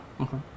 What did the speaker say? okay